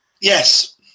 Yes